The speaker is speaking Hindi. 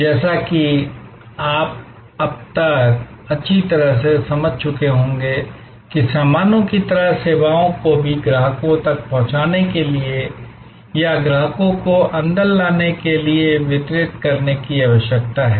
जैसा कि आप अब तक अच्छी तरह से समझ चुके होंगे कि सामानों की तरह सेवाओं को भी ग्राहकों तक पहुँचाने के लिए या ग्राहकों को अंदर लाने के लिए वितरित करने की आवश्यकता है